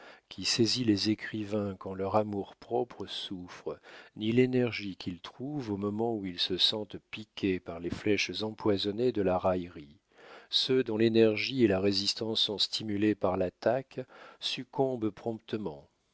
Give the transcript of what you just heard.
qui saisit les écrivains quand leur amour-propre souffre ni l'énergie qu'ils trouvent au moment où ils se sentent piqués par les flèches empoisonnées de la raillerie ceux dont l'énergie et la résistance sont stimulées par l'attaque succombent promptement